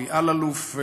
אלי אלאלוף,